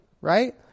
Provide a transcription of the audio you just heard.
right